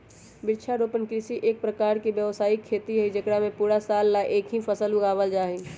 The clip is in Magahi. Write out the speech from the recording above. वृक्षारोपण कृषि एक प्रकार के व्यावसायिक खेती हई जेकरा में पूरा साल ला एक ही फसल उगावल जाहई